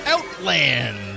Outland